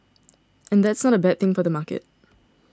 and that's not a bad thing for the market